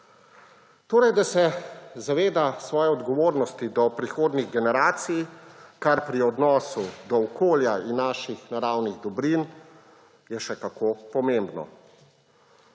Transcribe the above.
Torej, da se zaveda svoje odgovornosti do prihodnjih generacij, kar pri odnosu do okolja in naših naravnih dobrin je še kako pomembno.